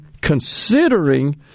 considering